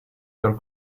per